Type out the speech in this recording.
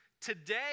today